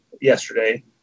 yesterday